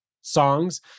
songs